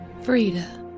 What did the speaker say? Frida